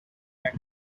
land